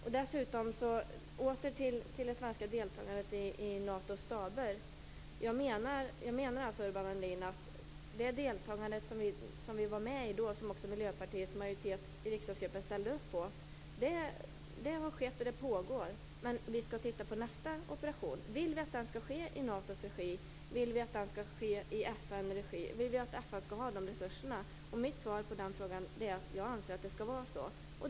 Till frågan om Sveriges deltagande i Natos staber. Jag menar alltså att det deltagande som Miljöpartiets majoritet i riksdagsgruppen ställde upp på har skett och pågår, men vi skall titta på nästa operation. Vill vi att det skall ske i Natos regi? Vill vi att det skall ske i FN:s regi? Vill vi att FN skall ha resurserna för det? Mitt svar på den frågan är att jag anser att det skall vara så.